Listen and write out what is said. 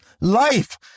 life